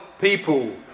people